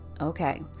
Okay